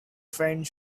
faint